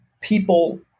people